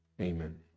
Amen